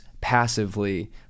passively